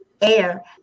air